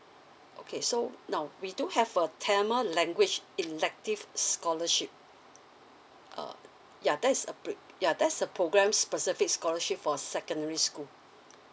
okay so now we do have a tamil language elective scholarship uh ya that's a pro~ ya that's a program specific scholarship for secondary school